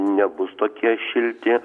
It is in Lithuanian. nebus tokie šilti